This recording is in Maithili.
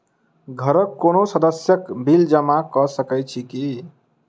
घरक कोनो सदस्यक बिल जमा कऽ सकैत छी की?